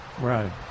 right